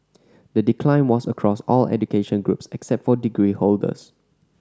the decline was across all education groups except for degree holders